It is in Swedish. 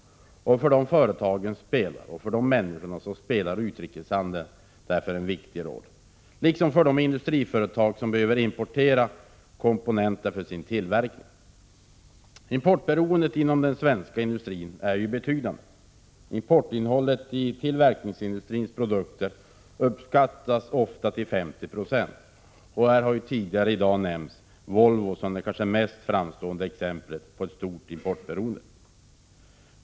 För dessa, liksom för de industriföretag som behöver importera komponenter för sin tillverkning, spelar utrikeshandeln en viktig roll. Importberoendet inom den svenska industrin är betydande. Importinnehållet i tillverkningsindustrins produkter uppskattas ofta till 50 26. Tidigare i dag har Volvo nämnts som det kanske mest framstående exemplet på stort importberoende.